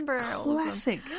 classic